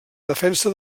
defensa